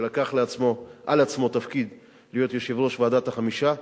שלקח על עצמו תפקיד להיות ראש ועדת החמישה,